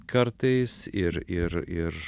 kartais ir ir ir